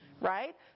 Right